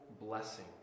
blessing